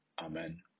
Amen